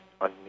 on